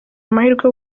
amahirwe